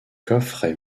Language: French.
coffrets